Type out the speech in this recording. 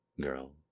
girl